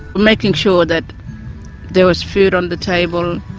making sure that there was food on the table,